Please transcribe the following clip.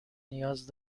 نیاز